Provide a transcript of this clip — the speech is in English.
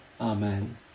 Amen